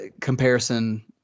comparison